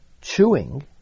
chewing